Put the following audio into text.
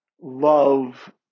love